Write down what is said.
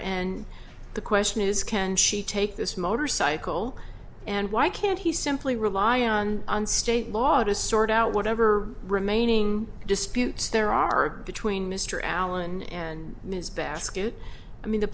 and the question is can she take this motorcycle and why can't he simply rely on on state law to sort out whatever remaining disputes there are between mr allen and ms basket i mean the